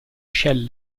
shell